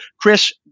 Chris